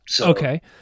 Okay